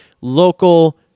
local